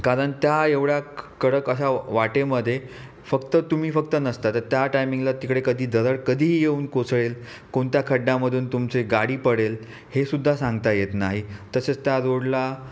कारण त्या एवढ्या कडक अशा वाटेमध्ये फक्त तुम्ही फक्त नसता तर त्या टाइमिंगला तिकडे कधी दरड कधीही येऊन कोसळेल कोणत्या खड्ड्यामधून तुमचे गाडी पडेल हे सुद्धा सांगता येत नाही तसेच त्या रोडला